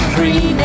Free